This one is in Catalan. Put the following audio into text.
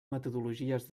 metodologies